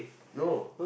no